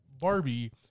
Barbie